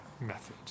method